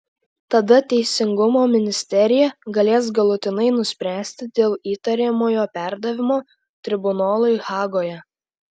tada teisingumo ministerija galės galutinai nuspręsti dėl įtariamojo perdavimo tribunolui hagoje